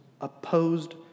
opposed